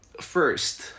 First